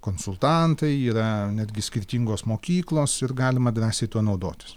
konsultantai yra netgi skirtingos mokyklos ir galima drąsiai tuo naudotis